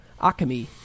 Akami